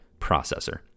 processor